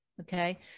Okay